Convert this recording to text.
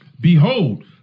Behold